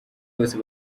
bose